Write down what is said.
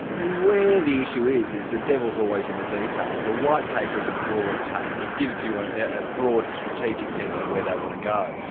the issue is is the devil's always in the detail the white paper is a broad take, it gives you and a broad strategic sense of where they want to go,